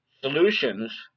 solutions